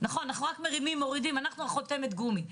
אנחנו חותמת הגומי.